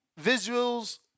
visuals